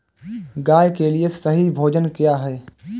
गाय के लिए सही भोजन क्या है?